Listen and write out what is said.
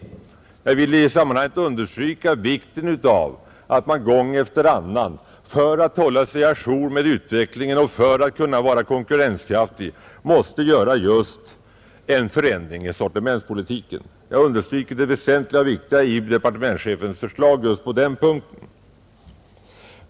Jag vill i det här sammanhanget understryka vikten av att man gång efter annan för att hålla sig å jour med utvecklingen och för att kunna vara konkurrenskraftig gör just en förändring av sortimentspolitiken, och jag betonar det väsentliga i departementschefens förslag just på den punkten.